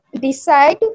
decide